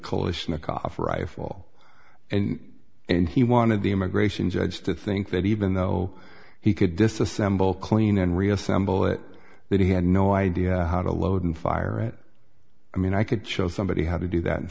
coalition a cough rifle and and he wanted the immigration judge to think that even though he could disassemble clean and reassemble it that he had no idea how to load and fire it i mean i could show somebody how to do that